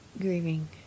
Grieving